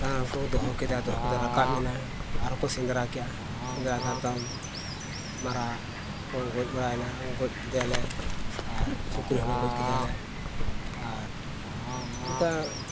ᱥᱟᱦᱟᱱ ᱨᱮᱠᱚ ᱫᱚᱦᱚ ᱠᱮᱫᱮᱭᱟ ᱫᱚᱦᱚ ᱠᱟᱛᱮᱫ ᱨᱟᱠᱟᱵ ᱮᱱᱟᱭ ᱟᱨ ᱦᱚᱠᱚ ᱥᱮᱸᱫᱽᱨᱟ ᱠᱮᱜᱼᱟ ᱥᱮᱸᱫᱽᱨᱟ ᱠᱮᱫ ᱛᱟᱭᱚᱢ ᱢᱟᱨᱟᱜ ᱠᱚ ᱜᱚᱡ ᱵᱟᱲᱟᱭᱮᱱᱟ ᱜᱚᱡ ᱠᱮᱫᱮᱭᱟᱞᱮ ᱟᱨ ᱥᱩᱠᱨᱤ ᱦᱚᱸᱞᱮ ᱜᱚᱡ ᱠᱮᱫᱮᱭᱟᱞᱮ ᱟᱨ ᱚᱱᱠᱟ